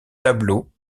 tableaux